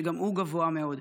שגם הוא גבוה מאוד.